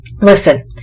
Listen